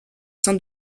sein